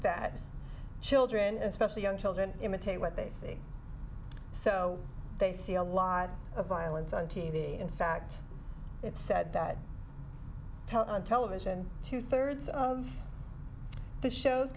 that children especially young children imitate what they see so they see a lot of violence on t v in fact it's said that on television two thirds of the shows